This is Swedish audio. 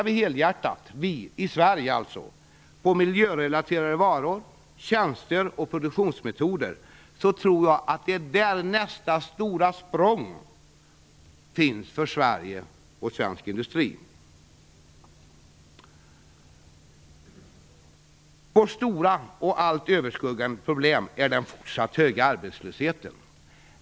Vi i Sverige bör satsa helhjärtat på miljörelaterade varor, tjänster och produktionsmetoder. Där tror jag att nästa stora språng finns för Sverige och svensk industri. Vårt stora och allt överskuggande problem är den fortsatt höga arbetslösheten.